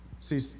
See